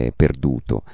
perduto